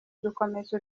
dukomeza